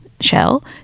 Shell